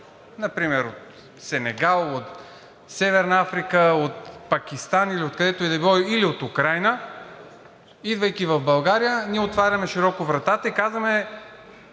например от Сенегал, от Северна Африка, от Пакистан или откъдето и да било, или от Украйна, идвайки в България, ние отваряме широко вратата и казваме